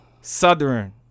Southern